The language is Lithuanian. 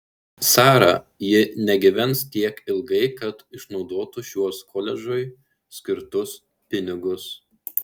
sara ji negyvens tiek ilgai kad išnaudotų šiuos koledžui skirtus pinigus